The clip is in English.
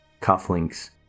cufflinks